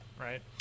right